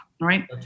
right